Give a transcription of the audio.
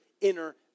Inner